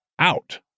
Out